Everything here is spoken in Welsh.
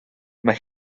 mae